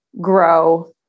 grow